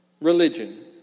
religion